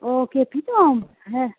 ও কে প্রীতম হ্যাঁ